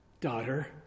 daughter